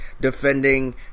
defending